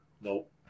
nope